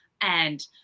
and-